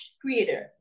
creator